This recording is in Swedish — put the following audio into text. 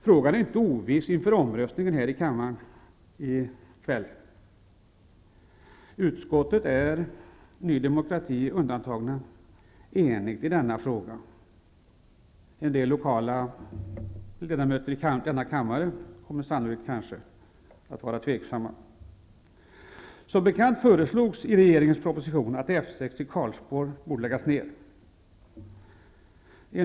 Frågan är inte oviss inför omröstningen här i kammaren i kväll. Utskottet är, Ny demokrati undantaget, enigt i denna fråga. En del ledamöter från de lokala orterna i denna kammare kommer sannolikt att vara tveksamma. Som bekant föreslås i regeringens proposition att F 6 i Karlsborg borde läggas ned.